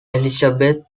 elizabeth